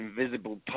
invisible